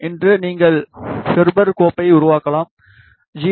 இன்று நீங்கள் கெர்பர் கோப்பை உருவாக்கலாம் ஜி